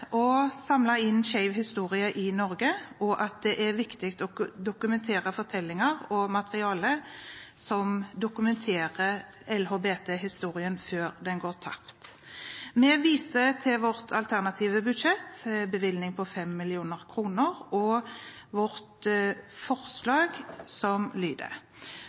inn skeiv historie i Norge, og at det er viktig å dokumentere fortellinger og materiale som dokumenterer LHBT-historien før den går tapt. Vi viser til vårt alternative budsjett – en bevilgning på 5 mill. kr – og vårt forslag som lyder: